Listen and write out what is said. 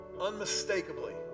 unmistakably